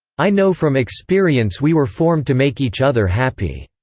i know from experience we were formed to make each other happy.